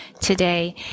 today